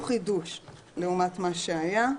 אין בזה חידוש לעומת מה שהיה.